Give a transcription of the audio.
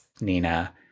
Nina